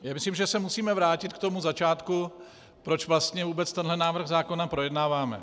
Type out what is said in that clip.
Já myslím, že se musíme vrátit k tomu začátku, proč vlastně vůbec tento návrh zákona projednáváme.